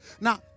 Now